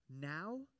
now